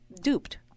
duped